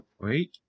Wait